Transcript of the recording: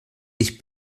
ich